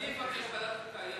אני מבקש ועדת חוקה.